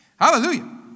hallelujah